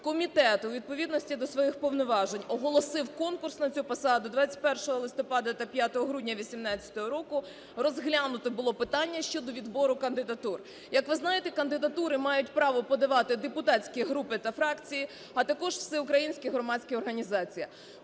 Комітет, у відповідності до своїх повноважень, оголосив конкурс на цю посаду 21 листопада та 5 грудня 18-го року розглянуто було питання щодо відбору кандидатур. Як ви знаєте, кандидатури мають право подавати депутатські групи та фракції, а також всеукраїнські громадські організації.